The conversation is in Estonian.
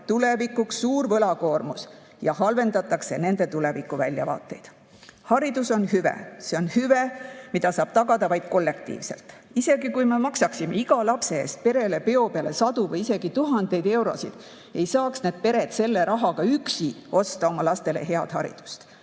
tulevikuks suur võlakoormus ja halvendatakse nende tulevikuväljavaateid. Haridus on hüve, see on hüve, mida saab tagada vaid kollektiivselt. Isegi kui me maksaksime iga lapse eest perele peo peale sadu või kas või tuhandeid eurosid, ei saaks need pered selle rahaga üksi osta oma lastele head haridust.